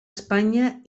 espanya